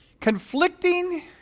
Conflicting